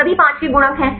सभी 5 के गुणक हैं